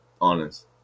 Honest